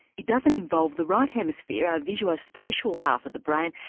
it doesn't involve the right hemisphere, our visuo spatial half of the brain,